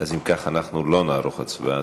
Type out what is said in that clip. אם כך, לא נערוך הצבעה.